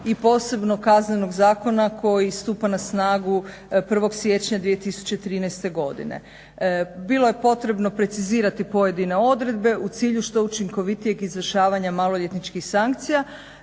i posebnog Kaznenog zakona koji stupa na snagu 1. siječnja 2013. godine. Bilo je potrebno precizirati pojedine odredbe u cilju što učinkovitijeg izvršavanja maloljetničkih sankcija